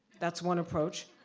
that's one approach.